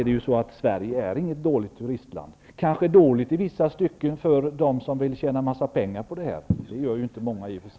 Dessutom är Sverige inte något dåligt turistland. Det kanske i vissa stycken är dåligt för dem som vill tjäna en massa pengar på turismen -- i och för sig är det inte många som gör det.